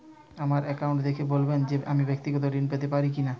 আমার অ্যাকাউন্ট দেখে বলবেন যে আমি ব্যাক্তিগত ঋণ পেতে পারি কি না?